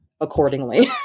accordingly